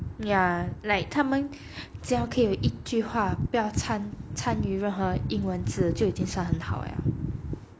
ya like 他们只要可以有一句话不要参参与任何英文字就已经算很好了